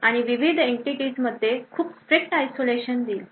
आणि विविध entities मध्ये खूप strict isolation देईल